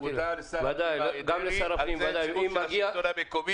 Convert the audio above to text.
הוא הודה לשר הפנים אריה דרעי --- לשלטון המקומי.